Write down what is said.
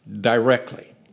directly